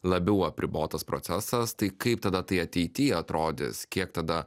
labiau apribotas procesas tai kaip tada tai ateity atrodys kiek tada